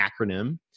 acronym